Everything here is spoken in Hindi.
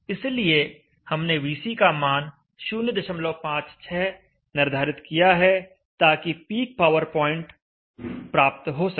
इसलिए हमने VC का मान 056 निर्धारित किया है ताकि पीक पावर पॉइंट प्राप्त हो सके